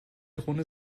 drohne